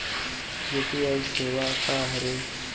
UPI सेवा का हरे?